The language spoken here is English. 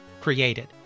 created